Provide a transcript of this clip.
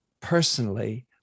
Personally